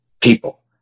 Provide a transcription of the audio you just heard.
people